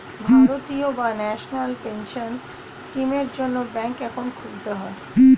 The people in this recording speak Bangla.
জাতীয় বা ন্যাশনাল পেনশন স্কিমের জন্যে ব্যাঙ্কে অ্যাকাউন্ট খুলতে হয়